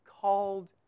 called